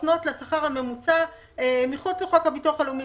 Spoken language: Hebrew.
שמפנות לשכר הממוצע מחוץ לחוק הביטוח הלאומי,